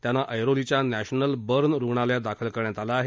त्यांना ऐरोलीच्या national burn रुग्णांलयात दाखल करण्यात आलं आहे